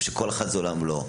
כל אחד הוא עולם ומלואו.